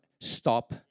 stop